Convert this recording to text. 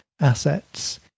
assets